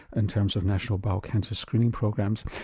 in terms of national bowel cancer screening programs.